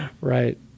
Right